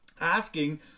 asking